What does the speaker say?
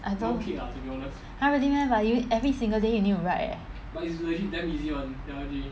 !huh! really meh but every single day you need to write leh